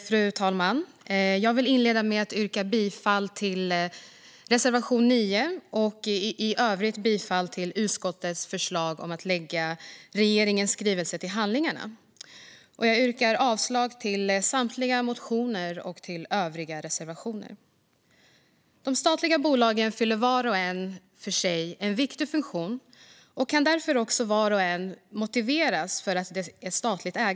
Fru talman! Jag vill inleda med att yrka bifall till reservation 9 och i övrigt bifall till utskottets förslag att lägga regeringens skrivelse till handlingarna. Jag yrkar avslag på samtliga motioner och på övriga reservationer. De statliga bolagen fyller vart och ett för sig en viktig funktion, och för vart och ett av dem kan ett statligt ägande därför motiveras.